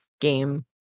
game